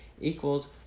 equals